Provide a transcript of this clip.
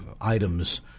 items